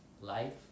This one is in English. life